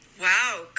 wow